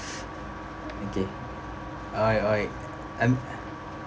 okay !oi! !oi! um